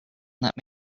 that